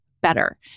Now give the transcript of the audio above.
better